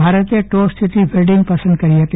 ભારતે ટોસ જીતી ફીલ્ડીંગ પસંદ કરી હતી